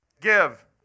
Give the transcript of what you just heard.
Give